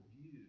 view